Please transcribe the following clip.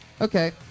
Okay